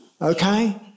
okay